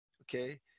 okay